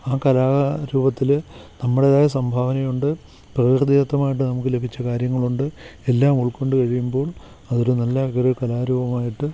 ആ കലാ രൂപത്തിൽ നമ്മുടേതായ സംഭാവനയുണ്ട് പ്രകൃതിദത്തമായിട്ട് നമുക്ക് ലഭിച്ച കാര്യങ്ങളുണ്ട് എല്ലാ ഉൾക്കൊണ്ട് കഴിയുമ്പോൾ അതൊരു നല്ല ഒരു കലാരൂപമായിട്ട്